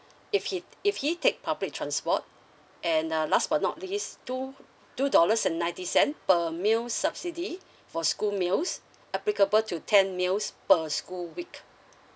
if he if he take public transport and uh last but not least two two dollars and ninety cents per meal subsidy for school meals applicable to ten meals per school week